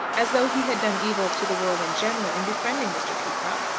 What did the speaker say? as though he had done evil to the world in general in befriending mr. peacocke,